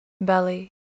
belly